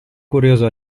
curioso